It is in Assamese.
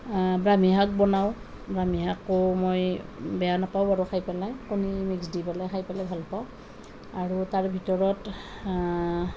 ব্ৰাহ্মী শাক বনাওঁ ব্ৰাহ্মী শাকো মই বেয়া নাপাওঁ বাৰু খাই পেলাই কণী মিক্স দি পেলাই খাই পেলাই ভাল পাওঁ আৰু তাৰ ভিতৰত